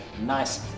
Nice